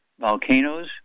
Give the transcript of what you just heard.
volcanoes